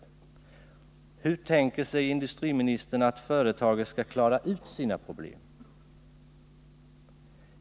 Hur tänker sig industriministern att företaget skall reda ut sina problem?